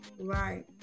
Right